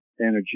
energy